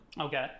Okay